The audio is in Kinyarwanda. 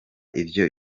ivyo